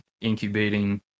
incubating